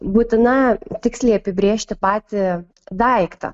būtina tiksliai apibrėžti patį daiktą